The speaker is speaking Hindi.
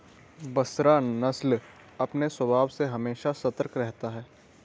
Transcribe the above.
बसरा नस्ल अपने स्वभाव से हमेशा सतर्क रहता है